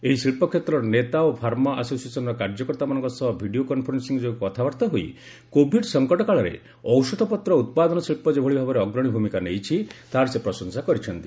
ଏହି ଶିଳ୍ପକ୍ଷେତ୍ରର ନେତା ଓ ଫାର୍ମା ଆସୋସିଏସନ୍ର କାର୍ଯ୍ୟକର୍ତାମାନଙ୍କ ସହ ଭିଡ଼ିଓ କନ୍ଫରେନ୍ସିଂ ଯୋଗେ କଥାବାର୍ତା ହୋଇ କୋଭିଡ୍ ସଂକଟ କାଳରେ ଔଷଧପତ୍ର ଉତ୍ପାଦନ ଶିଳ୍ପ ଯେଭଳି ଭାବରେ ଅଗ୍ରଣୀ ଭୂମିକା ନେଇଛି ତାହାର ପ୍ରଶଂସା କରିଛନ୍ତି